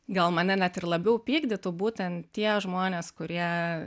gal mane net ir labiau pykdytų būtent tie žmonės kurie